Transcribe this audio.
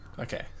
Okay